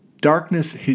Darkness